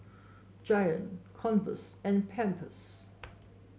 Giant Converse and Pampers